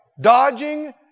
Dodging